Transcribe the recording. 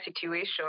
situation